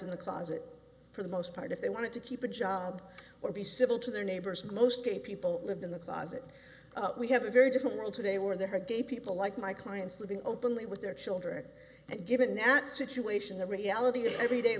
in the closet for the most part if they wanted to keep a job or be civil to their neighbors and most gay people lived in the closet we have a very different world today where there are gay people like my clients living openly with their children and given that situation the reality of everyday